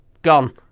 Gone